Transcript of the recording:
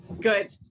Good